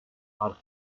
are